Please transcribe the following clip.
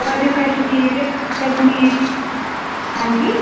और जो कश्मीर कश्मीर हंजी